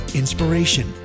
inspiration